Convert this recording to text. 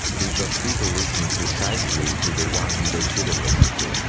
because people listen precisely to the one whom they shouldn't listen to,